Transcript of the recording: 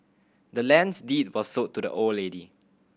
the land's deed was sold to the old lady